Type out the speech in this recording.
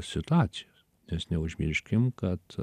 situacijas nes neužmirškim kad